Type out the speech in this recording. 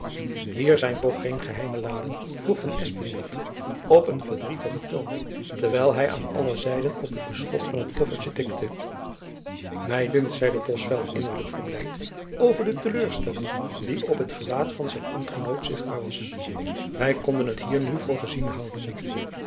hier zijn toch geen geheime laden vroeg van espenblad op een verdrietigen toon terwijl hy aan alle zijden op het beschot van het koffertjen tikte my dunkt zeide bosveldt innerlijk verblijd over de te leur stelling die op het gelaat van zijn ambtgenoot zichtbaar was wy konden het nu hier voor gezien houden